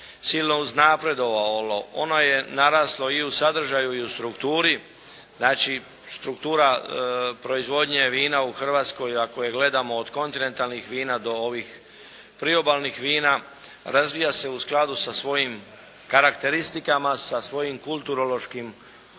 silno uznapredovalo, ono je naraslo i u sadržaju i u strukturi. Znači struktura proizvodnje vina u Hrvatskoj ako je gledamo od kontinentalnih vina do ovih priobalnih vina razvija se u skladu sa svojim karakteristikama, sa svojim kulturološkim